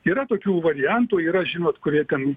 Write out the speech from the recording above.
yra tokių variantų yra žinot kurie ten